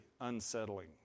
unsettling